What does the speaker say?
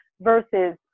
versus